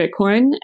Bitcoin